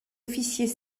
officiers